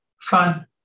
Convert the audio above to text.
fine